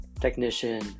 technician